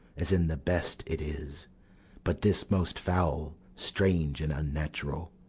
as in the best it is but this most foul, strange, and unnatural.